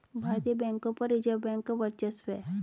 भारतीय बैंकों पर रिजर्व बैंक का वर्चस्व है